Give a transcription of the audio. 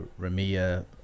Ramia